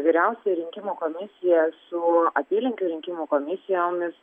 vyriausioji rinkimų komisija su apylinkių rinkimų komisijomis